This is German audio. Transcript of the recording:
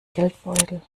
geldbeutel